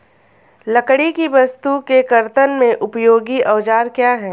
लकड़ी की वस्तु के कर्तन में उपयोगी औजार क्या हैं?